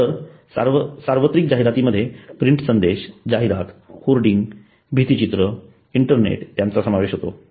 तर सार्वत्रिक जाहिरातीमध्ये प्रिंट संदेश जाहिरात होर्डिंग भित्ती चित्र आणि इंटरनेट यांचा समावेश होतो